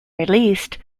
released